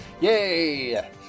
Yay